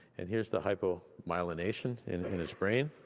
and here's the hypomyelination in his brain.